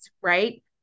right